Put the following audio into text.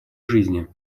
жизни